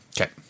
Okay